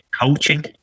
coaching